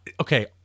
Okay